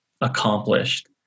accomplished